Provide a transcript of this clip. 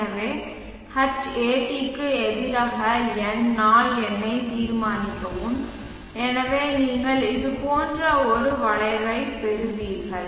எனவே Hatக்கு எதிராக N நாள் எண்ணை தீர்மானிக்கவும் எனவே நீங்கள் இது போன்ற ஒரு வளைவைப் பெறுவீர்கள்